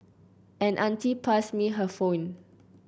an auntie passed me her phone